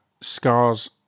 Scars